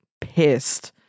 pissed